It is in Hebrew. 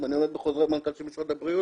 אם אני עומד בחוזר מנכ"ל של משרד הבריאות,